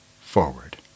forward